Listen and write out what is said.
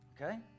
Okay